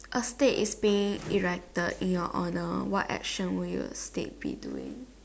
earth day is being elected in your honor what action would your state be doing